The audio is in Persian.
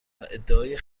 ادعای